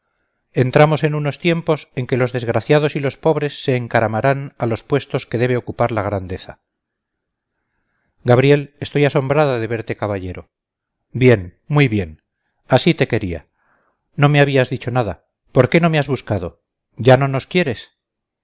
entramos en unos tiempos en que los desgraciados y los pobres se encaramarán a los puestos que debe ocupar la grandeza gabriel estoy asombrada de verte caballero bien muy bien así te quería no me habías dicho nada por qué no me has buscado ya no nos quieres